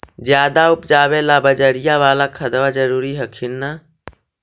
ज्यादा उपजाबे ला बजरिया बाला खदबा जरूरी हखिन न?